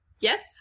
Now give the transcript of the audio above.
Yes